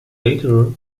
later